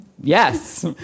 yes